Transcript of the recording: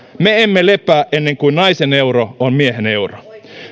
me emme lepää ennen kuin naisen euro on miehen euro